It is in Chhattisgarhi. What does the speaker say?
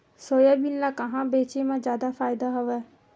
सोयाबीन ल कहां बेचे म जादा फ़ायदा हवय?